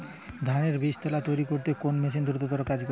ধানের বীজতলা তৈরি করতে কোন মেশিন দ্রুততর কাজ করে?